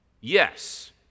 yes